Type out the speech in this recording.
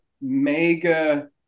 mega